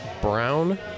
brown